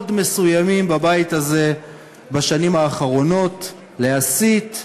מסוימים בבית הזה בשנים האחרונות להסית,